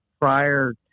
prior